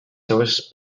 seues